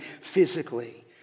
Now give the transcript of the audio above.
physically